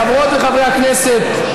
חברות וחברי הכנסת,